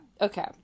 okay